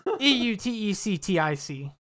E-U-T-E-C-T-I-C